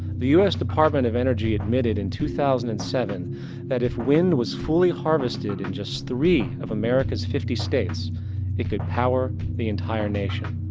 the us department of energy admitted in two thousand and seven that if wind was fully harvested in just three of americas fifty states it could power the entire nation.